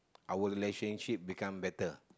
our relationship become better